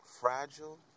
fragile